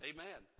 Amen